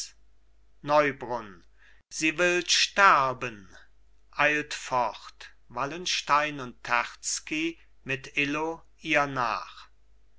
neubrunn sie will sterben eilt fort wallenstein und terzky mit illo ihr nach